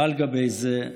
על גבי זה,